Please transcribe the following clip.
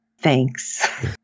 thanks